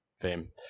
Fame